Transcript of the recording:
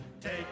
Take